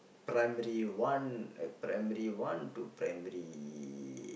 primary one uh primary one to primary